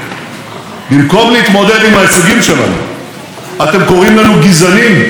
במקום להתמודד עם ההישגים שלנו אתם קוראים לנו גזענים ואנטי-דמוקרטים.